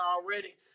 already